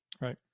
Right